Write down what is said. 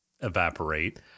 evaporate